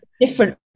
different